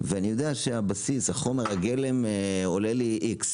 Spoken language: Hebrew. ואני יודע שהבסיס חומר הגלם עולה לי X,